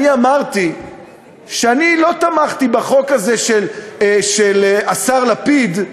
אני אמרתי שאני לא תמכתי בחוק הזה של השר לפיד,